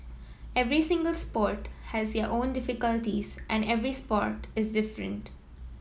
every single sport has their own difficulties and every sport is different